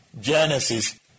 Genesis